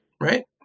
right